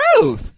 truth